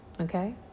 Okay